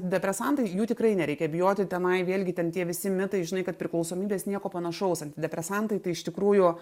depresantai jų tikrai nereikia bijoti tenai vėlgi ten tie visi mitai žinai kad priklausomybės nieko panašaus antidepresantai tai iš tikrųjų